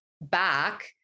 back